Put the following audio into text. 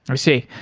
um see.